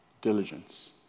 diligence